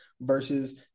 versus